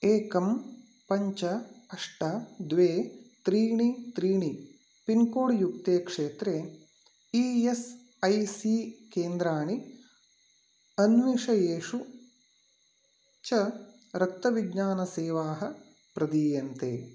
एकं पञ्च अष्ट द्वे त्रीणि त्रीणि पिन्कोड् युक्ते क्षेत्रे ई एस् ऐ सी केन्द्राणि अन्विष येषु च रक्तविज्ञानसेवाः प्रदीयन्ते